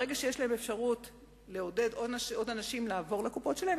ברגע שיש להן אפשרות לעודד עוד אנשים לעבור לקופות שלהם,